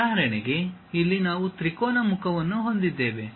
ಉದಾಹರಣೆಗೆ ಇಲ್ಲಿ ನಾವು ತ್ರಿಕೋನ ಮುಖವನ್ನು ಹೊಂದಿದ್ದೇವೆ